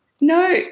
No